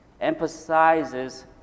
emphasizes